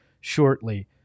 shortly